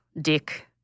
dick